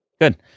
good